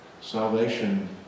salvation